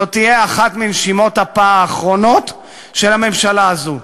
זאת תהיה אחת מנשימות אפה האחרונות של הממשלה הזאת.